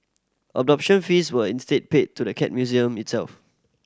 adoption fees were instead paid to the Cat Museum itself